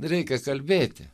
reikia kalbėti